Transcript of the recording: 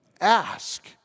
ask